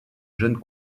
jeunes